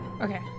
Okay